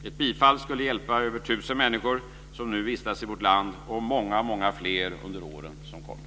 Ett bifall skulle hjälpa över tusen människor som nu vistas i vårt land och många fler under åren som kommer.